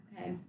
Okay